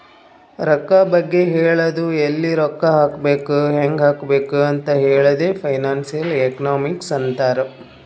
ರೊಕ್ಕಾ ಬಗ್ಗೆ ಹೇಳದು ಎಲ್ಲಿ ರೊಕ್ಕಾ ಹಾಕಬೇಕ ಹ್ಯಾಂಗ್ ಹಾಕಬೇಕ್ ಅಂತ್ ಹೇಳದೆ ಫೈನಾನ್ಸಿಯಲ್ ಎಕನಾಮಿಕ್ಸ್ ಅಂತಾರ್